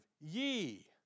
ye